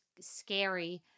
scary